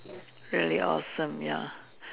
really awesome ya